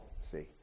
see